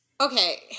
Okay